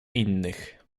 innych